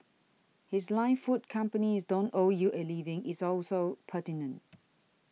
his line food companies don't owe you a living is also pertinent